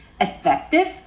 effective